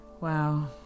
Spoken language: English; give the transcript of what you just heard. Wow